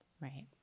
Right